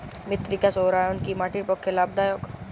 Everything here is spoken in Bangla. মৃত্তিকা সৌরায়ন কি মাটির পক্ষে লাভদায়ক?